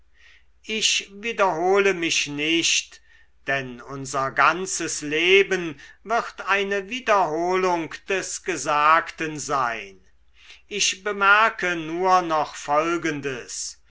ich wiederhole mich nicht denn unser ganzes leben wird eine wiederholung des gesagten sein ich bemerke nur noch folgendes